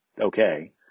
okay